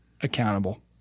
accountable